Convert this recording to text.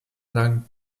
lang